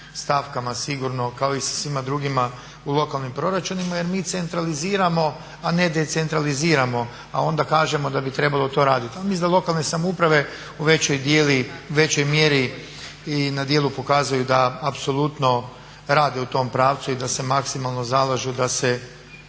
stavkama sigurno kao i sa svima drugima u lokalnim proračunima jer mi centraliziramo, a ne decentraliziramo a onda kažemo da bi trebalo to radit. Ali mislim da lokalne samouprave u većoj mjeri i na djelu pokazuju da apsolutno rade u tom pravcu i da se maksimalno zalažu da se